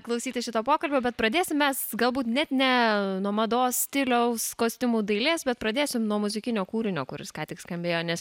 klausytis šito pokalbio bet pradėsim mes galbūt net ne nuo mados stiliaus kostiumų dailės bet pradėsim nuo muzikinio kūrinio kuris ką tik skambėjo nes